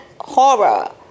horror